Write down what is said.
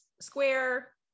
square